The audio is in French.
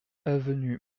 avenue